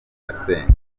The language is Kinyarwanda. asenga